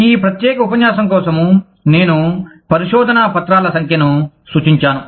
ఈ ప్రత్యేక ఉపన్యాసం కోసం నేను పరిశోధనా పత్రాల సంఖ్యను సూచించాను